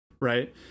right